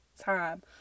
time